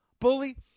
bully